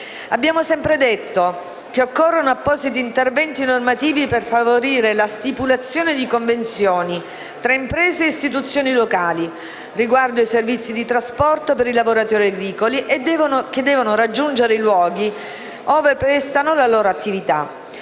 Abbiamo sempre detto che occorrono appositi interventi normativi per favorire la stipulazione di convenzioni tra imprese e istituzioni locali riguardo ai servizi di trasporto per i lavoratori agricoli che devono raggiungere i luoghi ove prestano la loro attività.